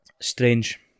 strange